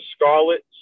Scarlet